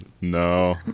no